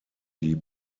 die